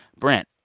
brent,